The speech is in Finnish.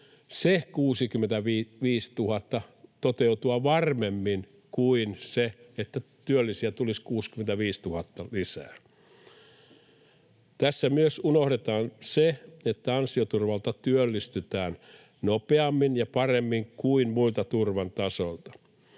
Se 65 000 toteutuu varmemmin kuin se, että työllisiä tulisi 65 000 lisää. Tässä myös unohdetaan se, että ansioturvalta työllistytään nopeammin ja paremmin kuin muilta turvan tasoilta